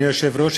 אדוני היושב-ראש,